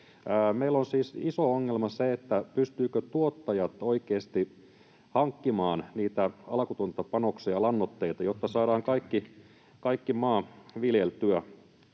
Meillä on siis iso ongelma se, pystyvätkö tuottajat oikeasti hankkimaan niitä alkutuotantopanoksia ja lannoitteita, jotta saadaan kaikki maa viljeltyä.